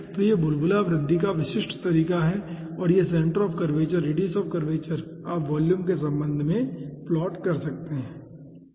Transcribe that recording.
तो यह बुलबुला वृद्धि का विशिष्ट तरीका है और यह सेंटर ऑफ़ कर्वेचर है रेडियस ऑफ़ कर्वेचर आप वॉल्यूम के संबंध में प्लॉट कर सकते हैं ठीक है